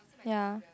ya